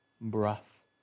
breath